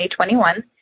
2021